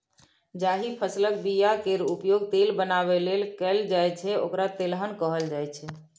जाहि फसलक बीया केर प्रयोग तेल बनाबै लेल कएल जाइ छै ओकरा तेलहन कहल जाइ छै